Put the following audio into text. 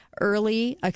early